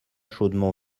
chaudement